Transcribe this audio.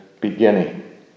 beginning